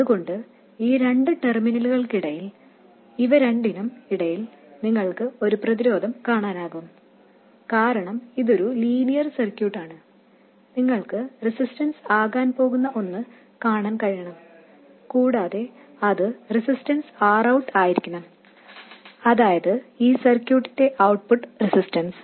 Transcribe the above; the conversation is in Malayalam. അതുകൊണ്ട് ഈ രണ്ടു ടെർമിനലുകൾക്കിടയിൽ ഇവ രണ്ടിനും ഇടയിൽ നിങ്ങൾക്ക് ഒരു പ്രതിരോധം കാണാനാകും കാരണം ഇതൊരു ലീനിയർ സർക്യൂട്ടാണ് നിങ്ങൾക്ക് റെസിസ്റ്റൻസ് ആകാൻ പോകുന്ന ഒന്ന് കാണാൻ കഴിയണം കൂടാതെ അത് റെസിസ്റ്റൻസ് Rout ആയിരിക്കണം അതായത് ഈ സർക്യൂട്ടിന്റെ ഔട്ട്പുട്ട് റെസിസ്റ്റൻസ്